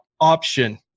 option